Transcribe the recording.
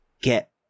get